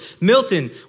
Milton